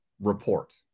report